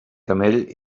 camell